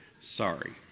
Sorry